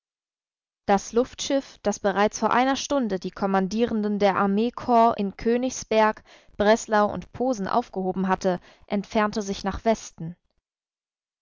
das luftschiff das bereits vor einer stunde die kommandierenden der armeekorps in königsberg breslau und posen aufgehoben hatte entfernte sich nach westen